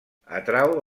atrau